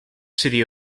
city